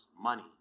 money